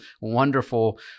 wonderful